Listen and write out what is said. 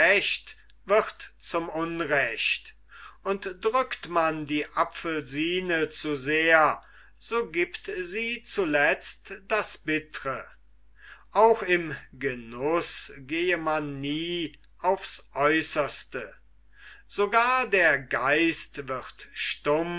wird zum unrecht und drückt man die apfelsine zu sehr so giebt sie zuletzt das bittre auch im genuß gehe man nie aufs aeußerste sogar der geist wird stumpf